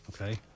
Okay